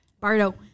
Bardo